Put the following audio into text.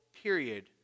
period